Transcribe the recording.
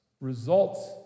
results